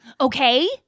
okay